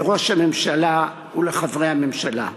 לראש הממשלה ולחברי הממשלה.